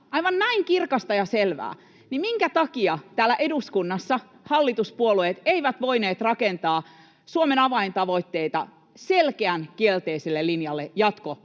aivan näin kirkasta ja selvää, niin minkä takia täällä eduskunnassa hallituspuolueet eivät voineet rakentaa Suomen avaintavoitteita selkeän kielteiselle linjalle